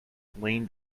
leaned